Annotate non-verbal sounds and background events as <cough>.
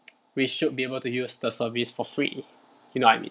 <noise> we should be able to use the service for free you know what I mean